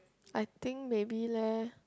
I think maybe leh